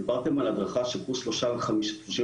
דיברתם על הדרכה, קורס של 35 שוטרים.